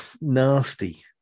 nasty